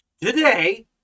today